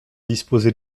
disposer